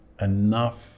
enough